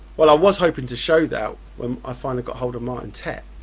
well i was hoping to show that when i finally got hold of martin tett.